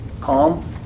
calm